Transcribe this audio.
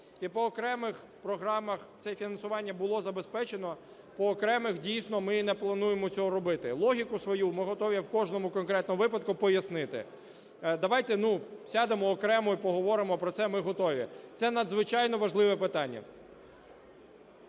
І по окремих програмах це фінансування було забезпечено, по окремих, дійсно, ми не плануємо цього робити. Логіку свою ми готові в кожному конкретному випадку пояснити. Давайте сядемо окремо і поговоримо про це, ми готові, це надзвичайно важливе питання.